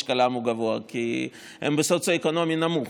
משקלן גבוה כי הן בסוציו-אקונומי נמוך,